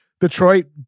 Detroit